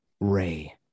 Ray